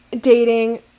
dating